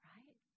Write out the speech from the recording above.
Right